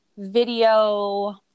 video